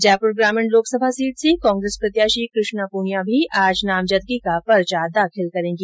जयपुर ग्रामीण लोकसभ सीट से कांग्रेस प्रत्याशी कृष्णा पूनिया भी आज नामजदगी का पर्चा दाखिल करेंगी